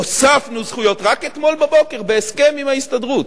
הוספנו זכויות רק אתמול בבוקר בהסכם עם ההסתדרות.